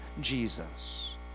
Jesus